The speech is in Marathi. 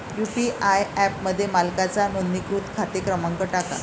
यू.पी.आय ॲपमध्ये मालकाचा नोंदणीकृत खाते क्रमांक टाका